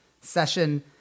session